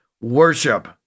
worship